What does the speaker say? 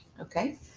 Okay